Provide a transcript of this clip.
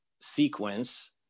sequence